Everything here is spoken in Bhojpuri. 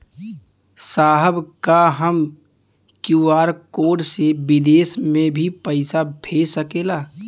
साहब का हम क्यू.आर कोड से बिदेश में भी पैसा भेज सकेला?